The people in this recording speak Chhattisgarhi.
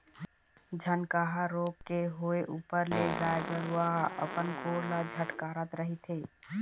झनकहा रोग के होय ऊपर ले गाय गरुवा ह अपन गोड़ ल झटकारत रहिथे